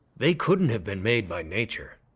they couldn't have been made by nature.